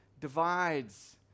divides